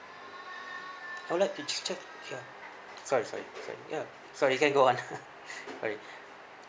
I would like to check if your sorry sorry sorry ya sorry you can go on sorry